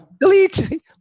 Delete